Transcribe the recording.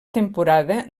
temporada